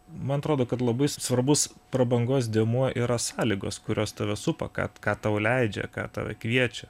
man atrodo kad labai svarbus prabangos dėmuo yra sąlygos kurios tave supa ką ką tau leidžia kad tave kviečia